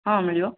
ହଁ ମିଳିବ